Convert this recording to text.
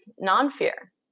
non-fear